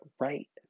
right